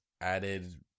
added